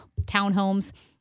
townhomes